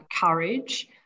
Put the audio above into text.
courage